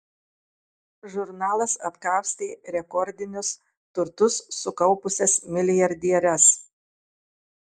žurnalas atkapstė rekordinius turtus sukaupusias milijardieres